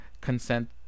consent